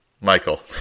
Michael